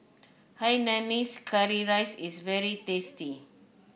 Hainanese Curry Rice is very tasty